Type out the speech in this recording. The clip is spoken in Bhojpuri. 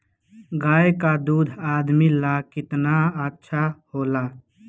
गाय का दूध आदमी ला कितना अच्छा होला?